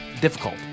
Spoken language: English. difficult